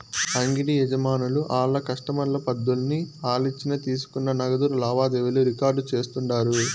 అంగిడి యజమానులు ఆళ్ల కస్టమర్ల పద్దుల్ని ఆలిచ్చిన తీసుకున్న నగదు లావాదేవీలు రికార్డు చేస్తుండారు